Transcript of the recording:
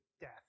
death